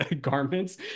garments